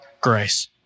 grace